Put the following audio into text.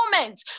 moment